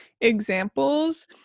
examples